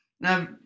Now